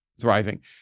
thriving